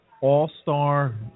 all-star